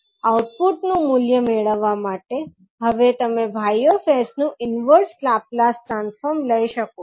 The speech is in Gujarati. આઉટપુટ નું મૂલ્ય મેળવવા માટે હવે તમે 𝑌𝑠 નું ઇન્વર્સ લાપ્લાસ ટ્રાન્સફોર્મ લઈ શકો છો